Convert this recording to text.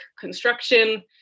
construction